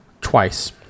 Twice